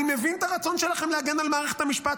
אני מבין את הרצון שלכם להגן על מערכת המשפט,